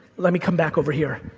let me come back over here.